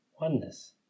oneness